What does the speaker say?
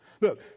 Look